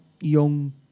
young